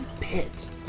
pit